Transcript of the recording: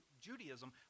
Judaism